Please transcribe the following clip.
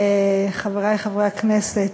חברי חברי הכנסת,